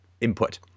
input